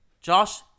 Josh